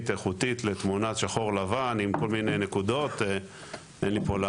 איכותית לתמונת שחור לבן עם כל מיני נקודות,